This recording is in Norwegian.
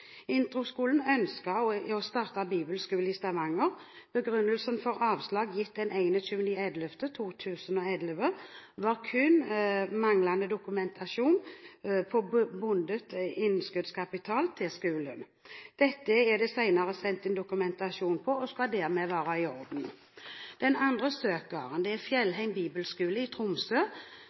å starte bibelskole i Stavanger. Begrunnelsen for avslag, gitt 21. november 2011, var kun manglende dokumentasjon på bundet innskuddskapital til skolen. Dette er det senere sendt inn dokumentasjon på, og skal dermed være i orden. Den andre søkeren er Fjellheim Bibelskole i Tromsø,